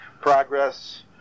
progress